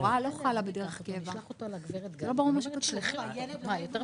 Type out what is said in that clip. עקב הוראה על סגירת מוסדות חינוך במקום מגוריו או מצוי באזור מיוחד,